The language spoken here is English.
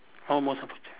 orh most the project